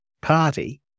party